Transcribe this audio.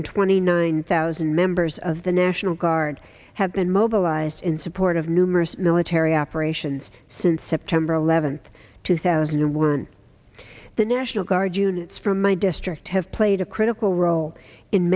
hundred twenty nine thousand members of the national guard have been mobilized in support of numerous military operations since september eleventh two thousand and one the national guard units from my district have played a critical role in